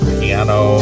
piano